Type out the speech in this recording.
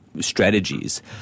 strategies